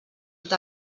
tot